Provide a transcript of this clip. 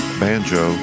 banjo